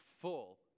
full